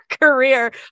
career